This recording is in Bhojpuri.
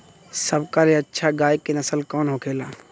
सबका ले अच्छा गाय के नस्ल कवन होखेला?